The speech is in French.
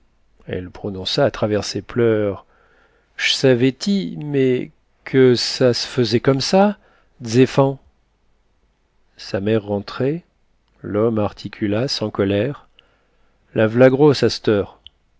elle prononça à travers ses pleurs j'savais ti mé que ça se faisait comme ça d's'éfants sa mère rentrait l'homme articula sans colère la v'là grosse